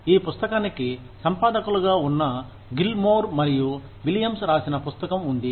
ఈ పుస్తకానికి సంపాదకులుగా ఉన్న గిల్మోర్ మరియు విలియమ్స్ రాసిన పుస్తకం ఉంది